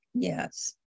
Yes